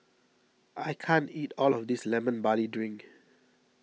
I can't eat all of this Lemon Barley Drink